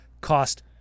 cost